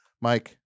Mike